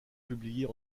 publiés